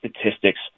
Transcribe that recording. statistics